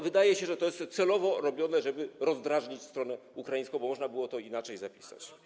Wydaje się, że to jest celowo robione, żeby rozdrażnić stronę ukraińską, bo można było to inaczej zapisać.